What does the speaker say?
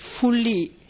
fully